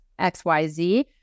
XYZ